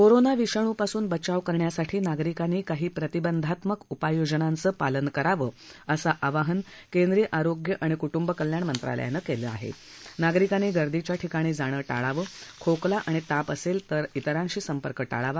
corona विषाणूपासून बचाव करण्यासाठी नागरिकांनी काही प्रतिबंधात्मक उपाययोजनांचं पालन करावं असं आवाहन केंद्रीय आरोग्य आणि कुटुंब कल्याण मंत्रालयानं केले आह आगरिकांनी गर्दीच्या ठिकाणी जाणं टाळावं खोकला आणि ताप असक्षीतर त्रिरांशी संपर्क टाळावा